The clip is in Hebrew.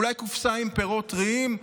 אולי קופסה עם פירות טריים,